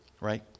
right